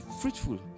fruitful